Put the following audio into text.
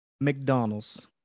McDonald's